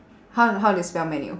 how how do you spell menu